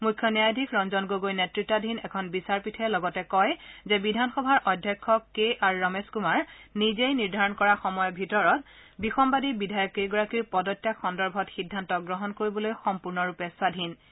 মুখ্য ন্যয়াধীশ ৰঞ্জন গগৈ নেতৃতাধীন এখন বিচাৰপীঠে লগতে কয় যে বিধানসভাৰ অধ্যক্ষ কে আৰ ৰমেশ কুমাৰ নিজেই নিৰ্ধাৰণ কৰা সময়ৰ ভিতৰত বিসম্বাদী বিধায়ক কেইগৰাকীৰ পদত্যাগ সন্দৰ্ভত সিদ্ধান্ত গ্ৰহণ কৰিবলৈ সম্পূৰ্ণৰূপে স্বতন্ত্ৰ